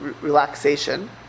relaxation